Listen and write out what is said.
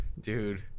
Dude